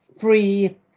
free